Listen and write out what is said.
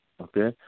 Okay